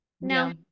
no